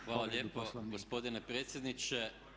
Hvala lijepo gospodine predsjedniče.